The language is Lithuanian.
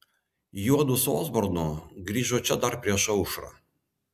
juodu su osbornu grįžo čia dar prieš aušrą